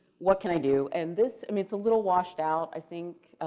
what can i do? and this, i mean, it's a little washed out i think,